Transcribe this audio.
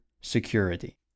security